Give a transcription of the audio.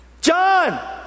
John